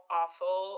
awful